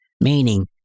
Meaning